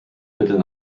viertel